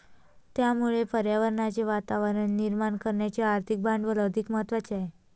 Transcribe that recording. त्यामुळे पर्यावरणाचे वातावरण निर्माण करण्याचे आर्थिक भांडवल अधिक महत्त्वाचे आहे